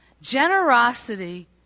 generosity